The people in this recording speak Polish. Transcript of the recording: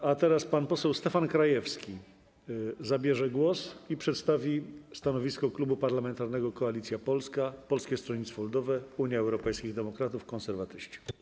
A teraz głos zabierze pan poseł Stefan Krajewski, który przedstawi stanowisko Klubu Parlamentarnego Koalicja Polska - Polskie Stronnictwo Ludowe, Unia Europejskich Demokratów, Konserwatyści.